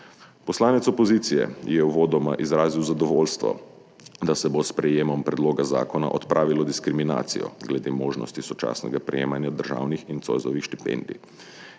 Poslanec opozicije je uvodoma izrazil zadovoljstvo, da se bo s sprejetjem predloga zakona odpravilo diskriminacijo glede možnosti sočasnega prejemanja državnih in Zoisovih štipendij.